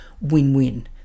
win-win